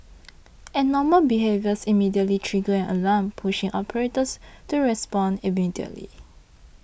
abnormal behaviours immediately trigger an alarm pushing operators to respond immediately